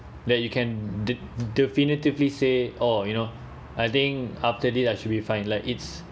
that you can de~ definitively say oh you know I think after this I should be fine like it's